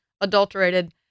adulterated